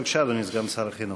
בבקשה, אדוני סגן שר החינוך.